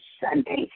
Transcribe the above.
Sunday